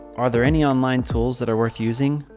are there any online tools that are worth using?